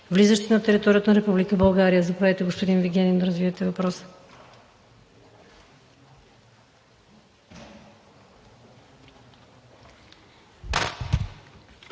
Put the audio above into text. влизащи на територията на Република България. Заповядайте, господин Вигенин, да развиете въпроса.